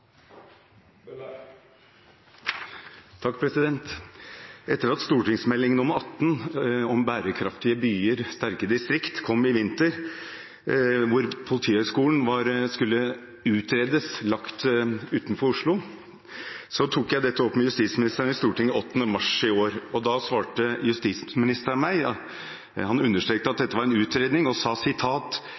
Etter at Meld. St. 18 for 2016–2017 om bærekraftige byer og sterke distrikter kom i vinter, skulle Politihøgskolen utredes lagt utenfor Oslo, og jeg tok opp dette med justisministeren den 8. mars i år. Da svarte justisministeren meg med å understreke at dette var en utredning, og sa